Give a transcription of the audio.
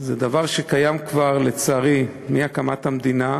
זה דבר שקיים כבר, לצערי, מהקמת המדינה,